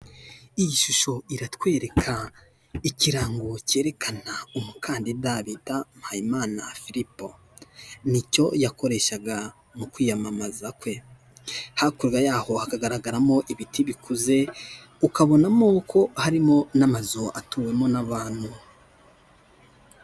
Iyi shusho iratwereka ikirango cyerekana umukandida bita Mpayimana Philippo ni icyo yakoreshaga mu kwiyamamaza kwe, hakurya yaho hakagaragaramo ibiti bikuze ukabonamo ko harimo n'amazu atuwemo n'abantu.